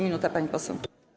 Minuta, pani poseł.